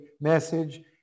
message